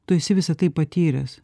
tu esi visa tai patyręs